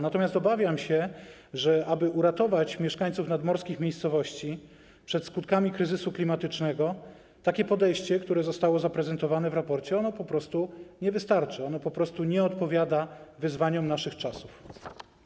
Natomiast obawiam się, że aby uratować mieszkańców nadmorskich miejscowości przed skutkami kryzysu klimatycznego, takie podejście, które zostało zaprezentowane w raporcie, po prostu nie wystarcza, nie odpowiada wyzwaniom naszych czasów.